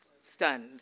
stunned